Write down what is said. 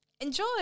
Enjoy